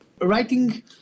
writing